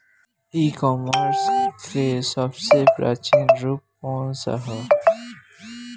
ई कॉमर्स क सबसे प्रचलित रूप कवन सा ह?